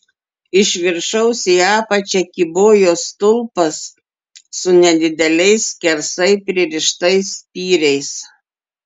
iš viršaus į apačią kybojo stulpas su nedideliais skersai pririštais spyriais